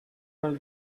mal